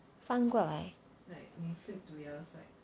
翻过来